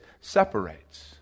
separates